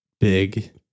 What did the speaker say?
big